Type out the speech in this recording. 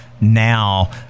now